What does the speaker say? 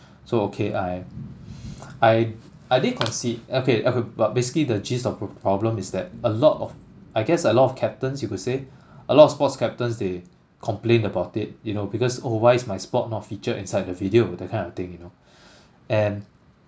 so okay I I I did concede okay okay but basically the gist of the problem is that a lot of I guess a lot of captains you could say a lot of sports captains they complained about it you know because oh why is my sport not featured inside the video that kind of thing you know and